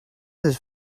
this